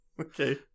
okay